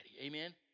Amen